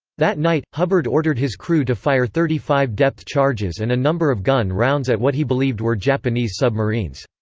that night, hubbard ordered his crew to fire thirty five depth charges and a number of gun rounds at what he believed were japanese submarines.